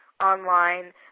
online